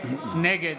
נגד